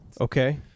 Okay